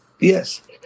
Yes